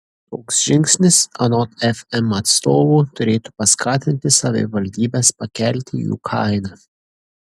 toks žingsnis anot fm atstovų turėtų paskatinti savivaldybes pakelti jų kainą